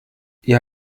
ihr